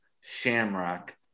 shamrock